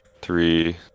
Three